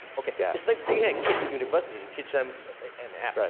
yeah it's like take a kid to university to teach them an app.